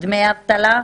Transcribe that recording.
דמי אבטלה?